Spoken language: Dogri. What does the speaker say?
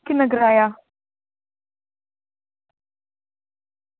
ते किन्ना किराया